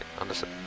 understood